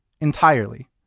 entirely